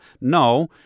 No